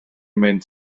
mynd